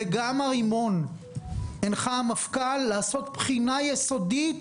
וגם המפכ"ל הנחה לעשות בחינה יסודית